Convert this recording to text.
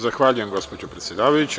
Zahvaljujem, gospođo predsedavajuća.